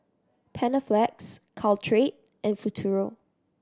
Panaflex Caltrate and Futuro